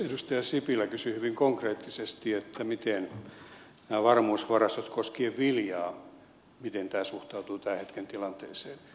edustaja sipilä kysyi hyvin konkreettisesti miten nämä varmuusvarastot koskien viljaa suhtautuvat tämän hetken tilanteeseen